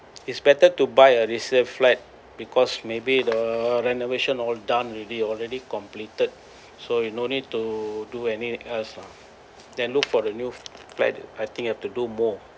it's better to buy a resale flat because maybe the renovation all done already already completed so you no need to do any else ah then look for the new flat I think have to do more